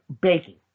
baking